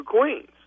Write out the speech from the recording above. Queens